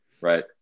right